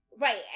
Right